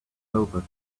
over